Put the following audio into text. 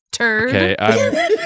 okay